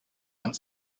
one